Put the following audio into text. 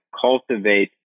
cultivate